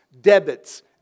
debits